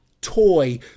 toy